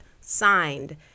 signed